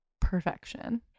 perfection